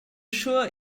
sure